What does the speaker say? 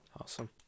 awesome